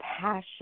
passion